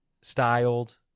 styled